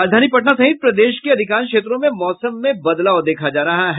राजधानी पटना सहित प्रदेश के अधिकांश क्षेत्रों में मौसम में बदलाव देखा जा रहा है